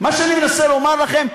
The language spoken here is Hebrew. מה שאני מנסה לומר לכם,